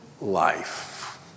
life